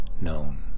known